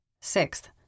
Sixth